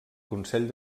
consell